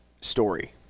story